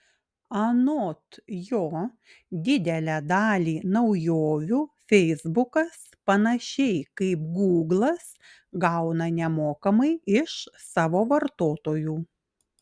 anot jo didelę dalį naujovių feisbukas panašiai kaip gūglas gauna nemokamai iš savo vartotojų